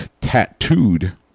tattooed